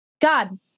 God